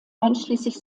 einschließlich